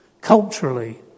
culturally